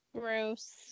gross